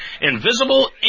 Invisible